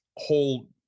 whole